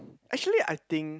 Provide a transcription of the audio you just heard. actually I think